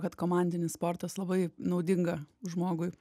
kad komandinis sportas labai naudinga žmogui